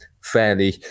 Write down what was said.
fairly